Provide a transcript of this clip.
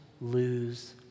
Lose